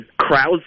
crowds